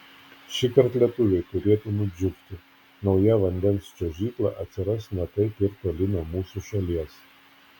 šįkart lietuviai turėtų nudžiugti nauja vandens čiuožykla atsiras ne taip ir toli nuo mūsų šalies